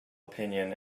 opinion